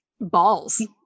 balls